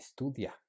estudia